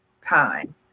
time